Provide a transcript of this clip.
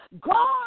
God